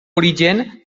origen